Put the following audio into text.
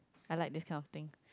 I like this kind of thing